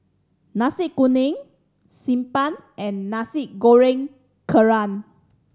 Nasi Kuning Xi Ban and Nasi Goreng Kerang